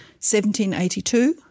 1782